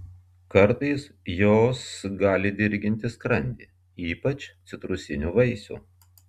kartais jos gali dirginti skrandį ypač citrusinių vaisių